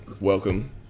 welcome